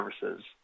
services